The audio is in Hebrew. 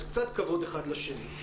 קצת כבוד אחד לשני.